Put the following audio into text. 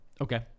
Okay